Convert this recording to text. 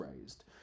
raised